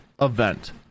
event